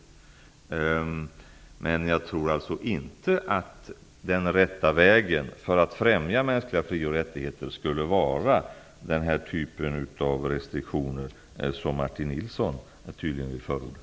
Men jag tror inte att den rätta vägen för att främja mänskliga fri och rättigheter skulle vara den typ av restriktioner som Martin Nilsson tydligen vill förorda.